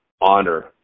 honor